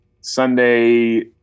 Sunday